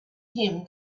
him